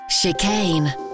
Chicane